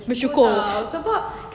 bersyukur